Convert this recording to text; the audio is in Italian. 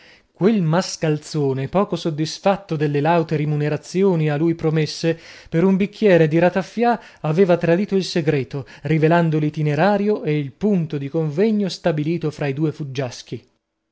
quel mascalzone poco soddisfatto delle laute rimunerazioni a lui promesse per un bicchiere di rataffià aveva tradito il segreto rivelando l'itinerario e il punto di convegno stabilito fra i due fuggiaschi